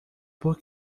por